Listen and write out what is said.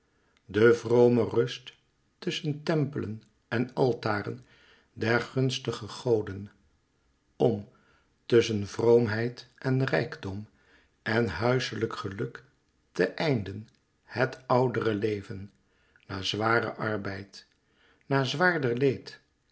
de vrome rust tusschen tempelen en altaren der gunstige goden om tusschen vroomheid en rijkdom en huislijk geluk te einden het oudere leven na zwaren arbeid na zwaarder leed